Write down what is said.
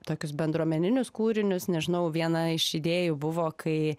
tokius bendruomeninius kūrinius nežinau viena iš idėjų buvo kai